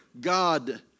God